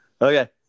Okay